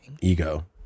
Ego